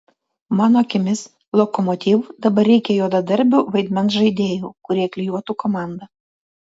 mano akimis lokomotiv dabar reikia juodadarbių vaidmens žaidėjų kurie klijuotų komandą